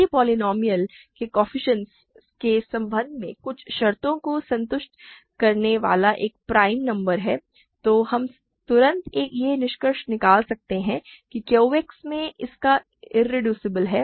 यदि पोलीनोमिअल के कोएफ़िशिएंट्स के संबंध में कुछ शर्तों को संतुष्ट करने वाला एक प्राइम नंबर है तो हम तुरंत यह निष्कर्ष निकाल सकते हैं कि Q X में इसका इरेड्यूसिबल है